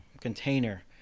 container